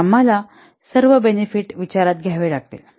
तर आम्हाला सर्व बेनिफिट विचारात घ्यावे लागतील